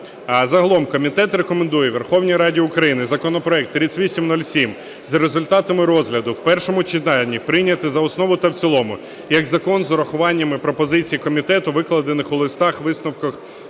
загалом комітет рекомендує Верховній Раді України законопроект 3807 за результатами розгляду в першому читанні прийняти за основу та в цілому як закон з урахуваннями і пропозиціями комітету викладених у листах-висновках